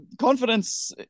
confidence